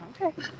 Okay